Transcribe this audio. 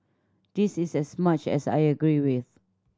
this is as much as I agree with